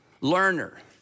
learner